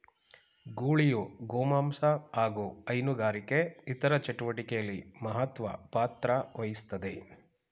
ಗೂಳಿಯು ಗೋಮಾಂಸ ಹಾಗು ಹೈನುಗಾರಿಕೆ ಇತರ ಚಟುವಟಿಕೆಲಿ ಮಹತ್ವ ಪಾತ್ರವಹಿಸ್ತದೆ